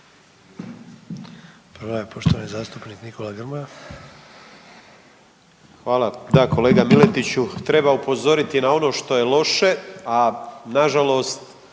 Prva je poštovani zastupnik Nikola Grmoja.